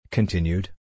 Continued